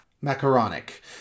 macaronic